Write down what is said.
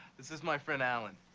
this is my friend, allen.